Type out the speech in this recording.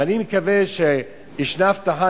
ואני מקווה שיש הבטחה.